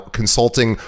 consulting